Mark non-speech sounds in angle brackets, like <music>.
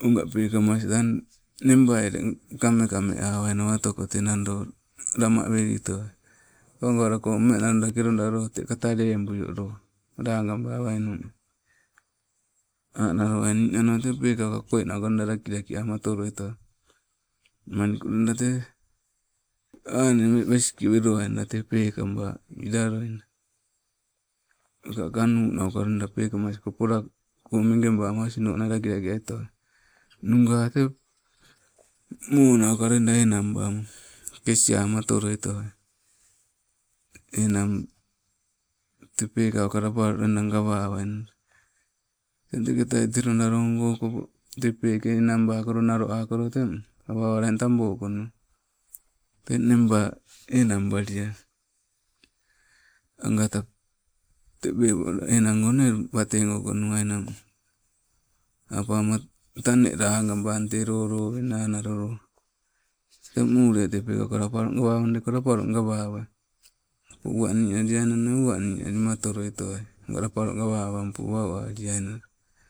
oga pekamas tang nebai, kame kameawai nawa otoko te nodo lama welitowai. Awa gawalako, menaloda kelodalo te kata lebuio lo, lagabawaino. Analowai ninano te pekauka koi nauka loida laki laki ama otoloi towai, maniku loida te aname weske weloai te pekaba, wila loida, maka kanu nauka loida pekamasko polako megebama osino nai laki laki ai toai. Nuga te <noise> moo nauka loida enang, kesiama otoloi towai, enang te pekouka lapalo loida gawalainna. Teng teketai kelo nalongo okopo te peke enang bakolo nalo akolo teng, awa owala eng tabo konui, teng nengba enang baliai angata <unintelligible> erang one wate go konuainang, apama tane lagabang te loo lowena naloloo, teng mule te pekauka lapalo gawako teng lapalo gawawai, napo uwanialiai ka uwani alima atoloi towai lapalo gawawaimpo waualiainna